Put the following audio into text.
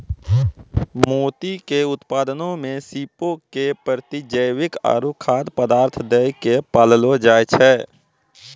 मोती के उत्पादनो मे सीपो के प्रतिजैविक आरु खाद्य पदार्थ दै के पाललो जाय छै